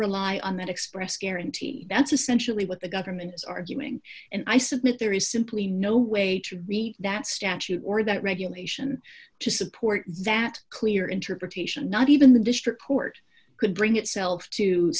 rely on that express guarantee that's essentially what the government is arguing and i submit there is simply no way to read that statute or that regulation to support that clear interpretation not even the district court could bring itself to